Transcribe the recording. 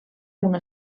una